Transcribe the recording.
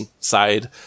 side